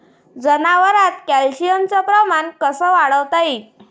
जनावरात कॅल्शियमचं प्रमान कस वाढवता येईन?